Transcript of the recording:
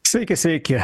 sveiki sveiki